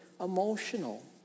Emotional